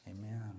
amen